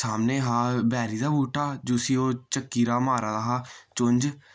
सामने हा बैरी दा बूह्टा जुसी ओह् चाक्कीराह् मारा दा हा चुंझ